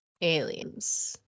Aliens